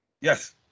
Yes